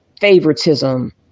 favoritism